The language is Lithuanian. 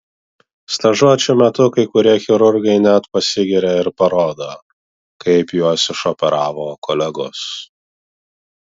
stažuočių metu kai kurie chirurgai net pasigiria ir parodo kaip juos išoperavo kolegos